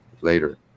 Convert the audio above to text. later